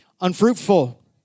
unfruitful